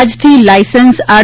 આજથી licence R